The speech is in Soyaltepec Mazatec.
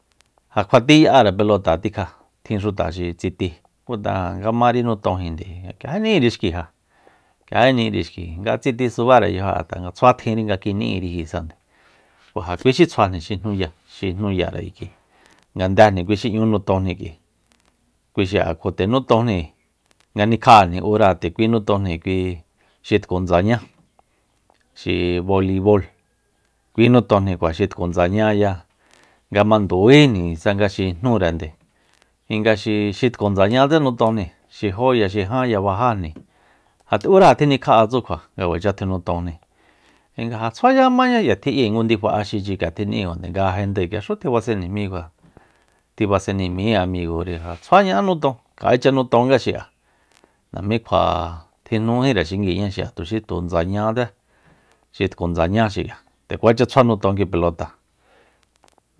Ja kjua ti ya'are pelota tikja tjinxuta xi tsiti ku tanga nga mári nutonjínde ja k'iají ni'íri xki ja k'iají ni'íri xki nga tsiti subáre yajo'e tanga tsjuatinri nga kini'íri jíisa ku ja kui xi tsjuajni xi jnúyáa- xi jnúyáa kik'ui ngandejni kui xi nñu nutonjni k'ui kui xi'a kjo nde nutojni nga nikja'ajni ura nde kui nutojni kui xi tku ndsañá xi bolibol kui notonjni xi tku ndsañáya nga mandujújíjni xi jnúre nde kui nga xi tku ndsañátse nitonjni xi jóya xi jánya bajájni ja uráa tjinkja'a tsu kjua nga kuacha tjinutonjni kui nga ja tsjuaya maña kía tji'yi ngu ndifa axichi k'ia tjini'í kuajande nga ja jendae k'ia xu tjibasen nejmí kuajande tjibasen nejmíjí amigori ja tsjua ñ´a'á nuton kja'écha nutonga xi'a najmí kjua tijnújíre xinguíiñá xi'a tuxi tu ndsañátse xi tku ndsañá xik'ia nde kuacha tsjua nuton kui pelota